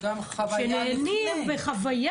וגם חוויה.